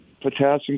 potassium